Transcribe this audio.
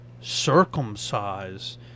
circumcised